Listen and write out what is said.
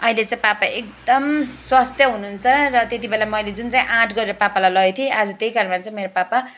आहिले चाहिँ पापा एकदम स्वस्थ्य हुनुहुन्छ र त्यतिबेला मैले जुन चाहिँ आँट गरेर पापालाई लगेको थिएँ आज त्यही कारणमा चाहिँ मेरो पापा